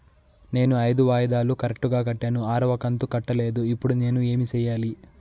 నేను ఐదు వాయిదాలు కరెక్టు గా కట్టాను, ఆరవ కంతు కట్టలేదు, ఇప్పుడు నేను ఏమి సెయ్యాలి?